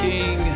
King